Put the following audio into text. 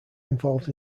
involved